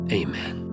amen